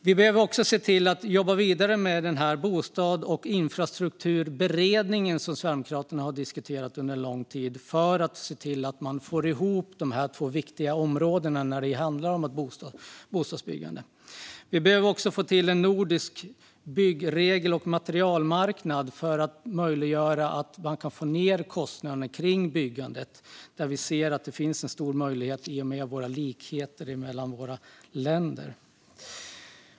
Vi behöver också jobba vidare med den bostads och infrastrukturberedning som Sverigedemokraterna har diskuterat under lång tid, för att se till att man får ihop dessa två viktiga områden när det handlar om bostadsbyggande. Vi behöver också få till nordiska byggregler och en nordisk materialmarknad för att göra det möjligt att få ned kostnaderna för byggandet. Vi ser att det finns en stor möjlighet här i och med likheterna mellan våra länder.